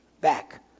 back